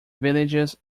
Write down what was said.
villages